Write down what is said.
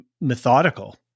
methodical